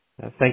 Thank